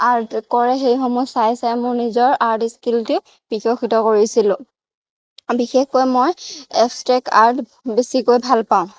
art কৰে সেইসমূহ চাই চাই মোৰ নিজৰ আৰ্ট স্কিলটো বিকশিত কৰিছিলোঁ বিশেষকৈ মই এবষ্ট্ৰেক্ট আৰ্ট বেছিকৈ ভাল পাওঁ